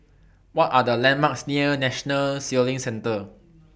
What Are The landmarks near National Sailing Centre